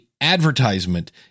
advertisement